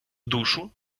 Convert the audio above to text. душу